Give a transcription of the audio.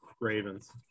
Ravens